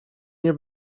nie